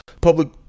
public